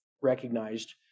recognized